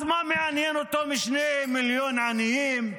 אז מה מעניינים אותו שני מיליון עניים?